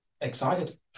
Excited